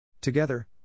Together